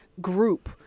group